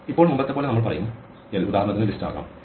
ഇപ്പോൾ മുമ്പത്തെപ്പോലെ നമ്മൾ പറയും l ഉദാഹരണത്തിന് ലിസ്റ്റ് ആകാം